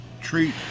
treat